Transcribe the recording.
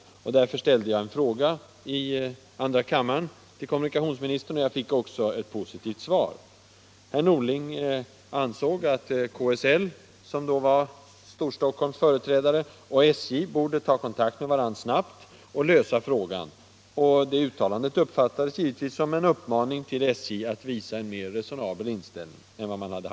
rss van Därför ställde jag en fråga till kommunikationsministern i andra kam — Om anpassning till maren, och fick också ett positivt svar. Herr Norling ansåg att KSL, handikappade som då var Storstockholms företrädare, och SJ snabbt borde ta kontakt = m.fl. av pendelmed varandra för att lösa frågan. Detta uttalande uppfattades givetvis = tågsstationerna i som en uppmaning till SJ att visa en mer resonabel inställning än tidigare.